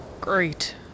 Great